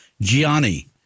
Gianni